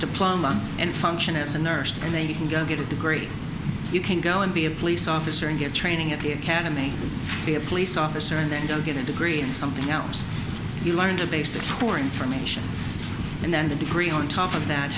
diploma and function as a nurse and then you can go get a degree you can go and be a police officer and get training at the academy be a police officer and then go get a degree in something else you learn the basics for information and then a degree on top of that